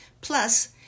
Plus